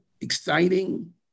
exciting